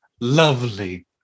lovely